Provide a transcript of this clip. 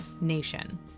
nation